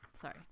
Sorry